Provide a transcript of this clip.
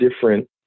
different